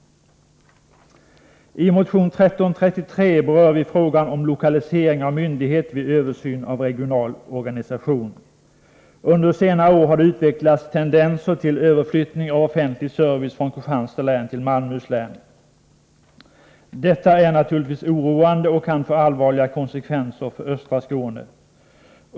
I motion 1333 berör vi frågan om lokalisering av myndighet vid översyn av regional organisation. Under senare år har det utvecklats tendenser till överflyttning av offentlig service från Kristianstads län till Malmöhus län. Detta är naturligtvis oroande och kan få allvarliga konsekvenser för östra Skåne.